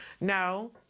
No